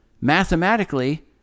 mathematically